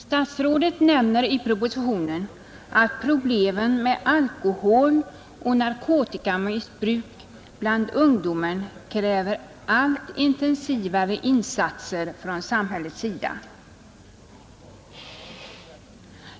Statsrådet nämner i propositionen att problemen med alkoholoch narkotikamissbruk bland ungdomen kräver allt intensivare insatser från samhället.